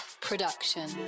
Production